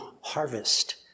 harvest